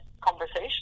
conversation